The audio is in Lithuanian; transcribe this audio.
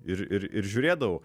ir ir ir žiūrėdavau